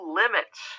limits